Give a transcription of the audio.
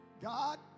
God